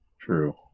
true